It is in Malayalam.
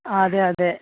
അതെ അതെ